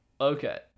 okay